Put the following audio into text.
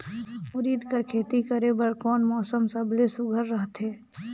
उरीद कर खेती करे बर कोन मौसम सबले सुघ्घर रहथे?